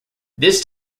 this